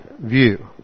view